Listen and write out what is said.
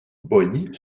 bogny